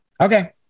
Okay